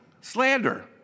slander